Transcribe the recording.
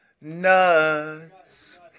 nuts